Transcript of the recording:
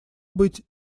быть